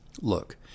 Look